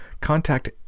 contact